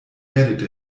erde